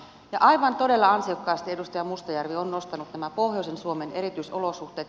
aivan todella ansiokkaasti edustaja mustajärvi on nostanut nämä pohjoisen suomen erityisolosuhteet